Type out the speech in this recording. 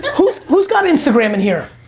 who's who's got instagram in here?